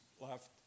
left